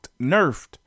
nerfed